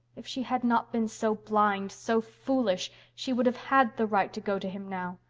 if she had not been so blind so foolish she would have had the right to go to him now.